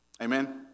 Amen